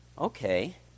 okay